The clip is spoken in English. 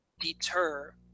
deter